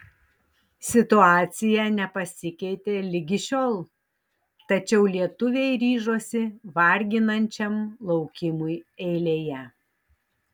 situacija nepasikeitė ligi šiol tačiau lietuviai ryžosi varginančiam laukimui eilėje